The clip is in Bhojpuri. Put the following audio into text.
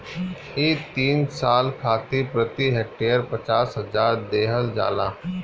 इ तीन साल खातिर प्रति हेक्टेयर पचास हजार देहल जाला